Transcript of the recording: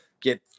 get